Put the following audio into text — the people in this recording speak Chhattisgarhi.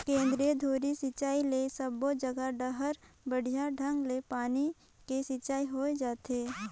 केंद्रीय धुरी सिंचई ले सबो जघा डहर बड़िया ढंग ले पानी के सिंचाई होय जाथे